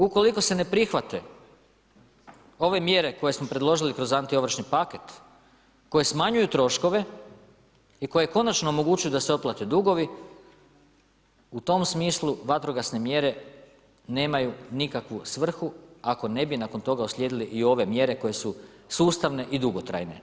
Ukoliko se ne prihvate ove mjere koje smo predložili kroz anti ovršni paket, koje smanjuju troškove i koje konačno omogućuju da se otplate dugovi, u tom smislu vatrogasne mjere nemaju nikakvu svrhu ako ne bi nakon toga uslijedile i ove mjere koje su sustavne i dugotrajne.